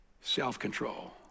self-control